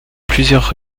plusieurs